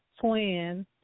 twins